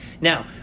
Now